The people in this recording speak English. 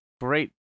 great